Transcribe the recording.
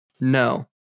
No